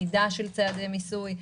המידה של צעדי מיסוי,